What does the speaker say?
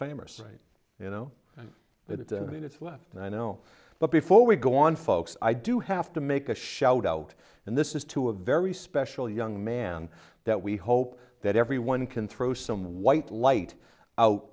famers right you know that it's a minutes left and i know but before we go on folks i do have to make a shout out and this is to a very special young man that we hope that everyone can throw some white light out